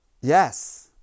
yes